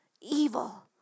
evil